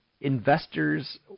investors